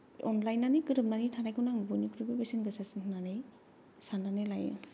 अनलायनानै गोरोबनानै थानायखौनो आं बयनिख्रुइबो बेसेन गोसासिन होन्नानै सान्नानै लायो